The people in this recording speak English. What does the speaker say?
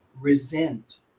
resent